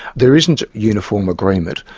there isn't uniform agreement,